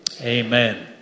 Amen